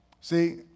See